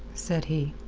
said he.